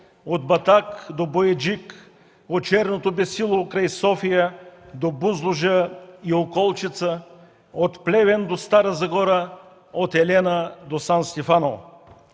от Батак до Бояджик, от черното бесило край София до Бузлуджа и Околчица, от Плевен до Стара Загора, от Елена до Сан Стефано.